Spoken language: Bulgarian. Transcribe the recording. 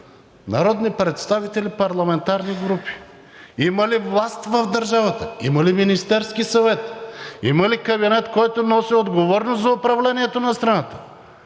Народни представители и парламентарни групи! Има ли власт в държавата, има ли Министерски съвет, има ли кабинет, който носи отговорност за управлението на страната?